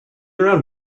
around